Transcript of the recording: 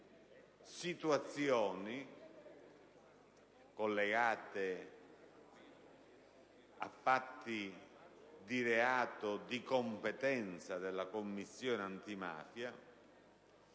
situazioni collegate a fatti di reato di competenza della Commissione antimafia;